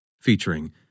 featuring